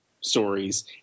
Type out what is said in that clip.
stories